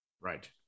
Right